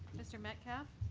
mr. metcalf?